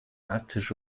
arktische